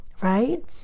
Right